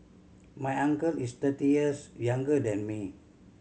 my uncle is thirty years younger than me